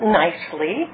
nicely